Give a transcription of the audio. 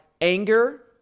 anger